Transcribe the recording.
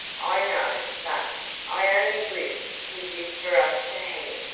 i know but i only wish he'd lived for us to hang him,